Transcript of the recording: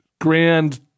grand